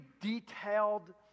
detailed